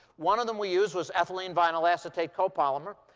one of them we used was ethylene vinyl acetate copolymer.